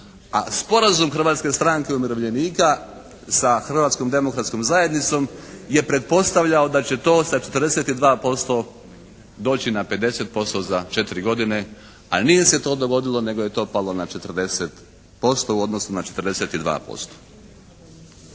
a sporazum Hrvatske stranke umirovljenika sa Hrvatskom demokratskom zajednicom je pretpostavljao da će to sa 42% doći na 50% za 4 godine, a nije se to dogodilo nego je to palo na 40% u odnosu na 42%.